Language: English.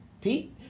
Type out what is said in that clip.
Pete